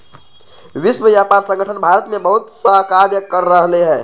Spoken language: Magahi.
विश्व व्यापार संगठन भारत में बहुतसा कार्य कर रहले है